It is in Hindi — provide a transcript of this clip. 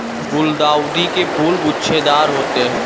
गुलदाउदी के फूल गुच्छेदार होते हैं